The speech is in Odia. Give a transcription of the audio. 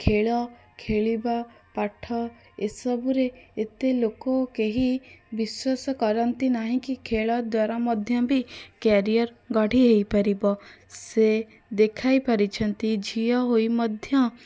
ଖେଳ ଖେଳିବା ପାଠ ଏ ସବୁରେ ଏତେ ଲୋକ କେହି ବିଶ୍ୱାସ କରନ୍ତି ନାହିଁ କି ଖେଳ ଦ୍ୱାରା ମଧ୍ୟ ବି କ୍ୟାରିୟର ଗଢ଼ି ହେଇପାରିବ ସେ ଦେଖାଇ ପାରିଛନ୍ତି ଝିଅ ହୋଇ ମଧ୍ୟ